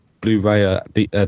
Blu-ray